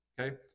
Okay